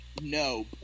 No